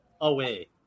away